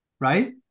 right